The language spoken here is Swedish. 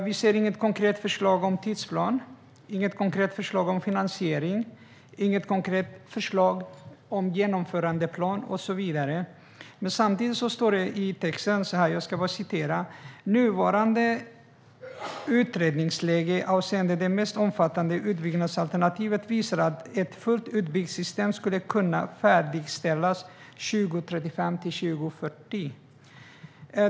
Vi ser inget konkret förslag om tidsplan, inget konkret förslag om finansiering, inget konkret förslag om genomförandeplan och så vidare. Samtidigt står det i texten: "Nuvarande utredningsläge avseende det mest omfattande utbyggnadsalternativet visar att ett fullt utbyggt system skulle kunna färdigställas 2035-2040."